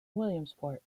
williamsport